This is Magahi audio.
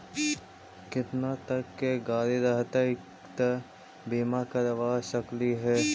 केतना तक के गाड़ी रहतै त बिमा करबा सकली हे?